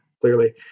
clearly